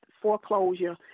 foreclosure